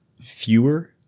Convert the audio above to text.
fewer